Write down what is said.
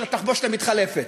של התחבושת המתחלפת,